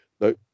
no